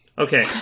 Okay